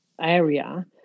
area